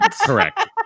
Correct